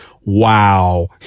wow